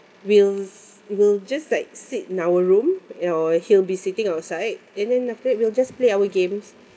we'll we'll just like sit in our room or he'll be sitting outside and then after that we'll just play our games